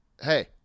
hey